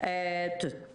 אין כתובת ברורה, אין